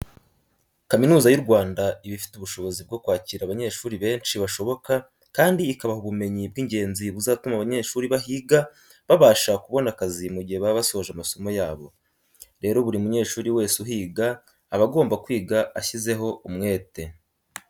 Kaminuza y'u Rwanda iba ifite ubushobozi bwo kwakira abanyeshuri benshi bashoboka kandi ikabaha ubumenyi bw'ingenzi buzatuma abanyeshuri bahiga babasha kubona akazi mu gihe baba basoje amasomo yabo. Rero buri munyeshuri wese uhiga aba agomba kwiga ashyizeho umwete.